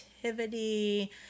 creativity